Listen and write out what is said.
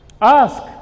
Ask